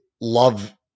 love